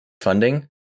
funding